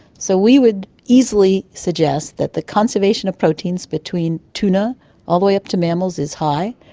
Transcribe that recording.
so we would easily suggest that the conservation of proteins between tuna all the way up to mammals is high,